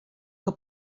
que